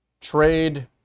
trade